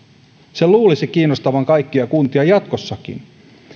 sen luulisi kiinnostavan kaikkia kuntia jatkossakin